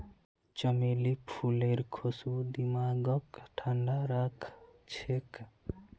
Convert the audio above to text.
चमेली फूलेर खुशबू दिमागक ठंडा राखछेक